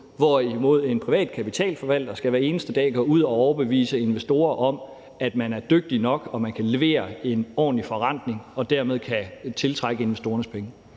Derimod skal en privat kapitalforvalter hver eneste dag gå ud og overbevise investorer om, at man er dygtig nok og kan levere en ordentlig forrentning – og dermed kan tiltrække investorernes penge.